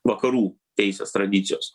vakarų teisės tradicijos